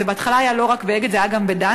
בהתחלה זה היה לא רק ב"אגד", זה היה גם ב"דן".